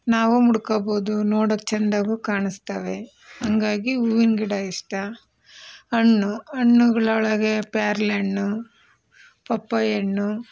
ನಾವೂ ಮುಡ್ಕೋಬೋದು ನೋಡೋಕ್ಕೆ ಚಂದವೂ ಕಾಣಿಸ್ತವೆ ಹಾಗಾಗಿ ಹೂವಿನ ಗಿಡ ಇಷ್ಟ ಹಣ್ಣು ಹಣ್ಣುಗಳೊಳಗೆ ಪೇರಳೆ ಹಣ್ಣು ಪಪ್ಪಾಯಿ ಹಣ್ಣು